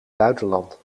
buitenland